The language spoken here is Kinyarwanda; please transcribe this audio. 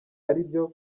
aribyo